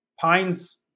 Pines